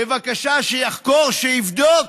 בבקשה שיחקור, שיבדוק.